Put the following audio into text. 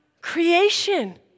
creation